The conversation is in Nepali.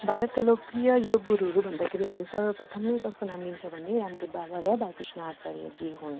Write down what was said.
भारतका लोकप्रिय योग गुरुहरू भन्दाखेरि हामी सर्वप्रथम नै कसको नाम लिन्छौँ भने रामदेव बाबा र बालकृष्ण आचार्य जी हुन्